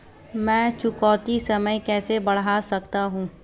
मैं चुकौती समय कैसे बढ़ा सकता हूं?